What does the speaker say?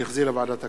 שהחזירה ועדת הכלכלה.